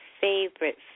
favorite